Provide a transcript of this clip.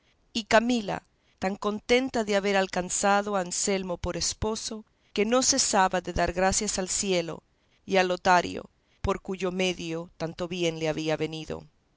y camila tan contenta de haber alcanzado a anselmo por esposo que no cesaba de dar gracias al cielo y a lotario por cuyo medio tanto bien le había venido